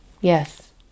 Yes